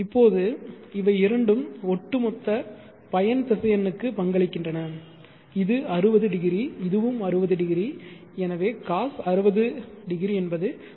இப்போது இவை இரண்டும் ஒட்டுமொத்த பயன் திசையனுக்கு பங்களிக்கின்றன இது 60 டிகிரி இதுவும் 60 டிகிரி எனவே cos 60 என்பது 0